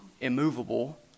immovable